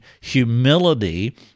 humility